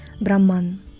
Brahman